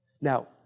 Now